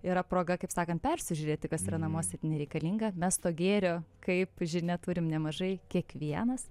yra proga kaip sakant persižiūrėti kas yra namuose nereikalinga mes to gėrio kaip žinia turim nemažai kiekvienas